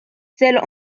celle